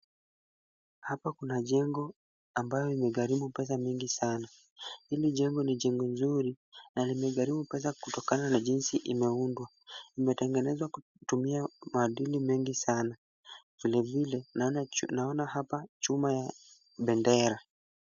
Hapa kuna jengo ambayo imegharimu pesa mingi sana. Hili jengo ni jengo mzuri na limegharimu pesa kutoka na jinsi imeundwa. Imetengenezwa kutumia madini mengi sana. Vile vile naona hapa chuma ya bendera.